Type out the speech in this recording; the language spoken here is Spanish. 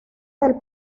del